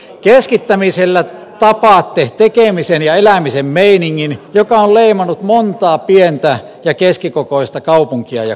keskittämisellä tapatte tekemisen ja elämisen meiningin joka on leimannut montaa pientä ja keskikokoista kaupunkia ja kuntaa